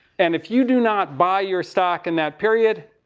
and if you do not buy your stock in that period,